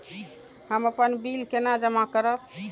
हम अपन बिल केना जमा करब?